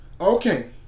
Okay